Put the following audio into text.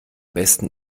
besten